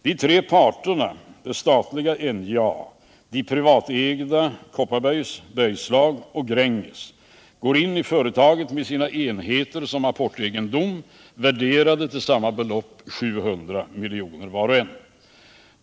De tre parterna, det statliga NJA och de privatägda Stora Kopparbergs Bergslags AB och Gränges AB, går in i företaget med sina enheter som apportegendom och värderade till samma belopp, 700 milj.kr. var och en.